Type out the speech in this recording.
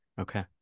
Okay